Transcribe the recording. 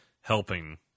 helping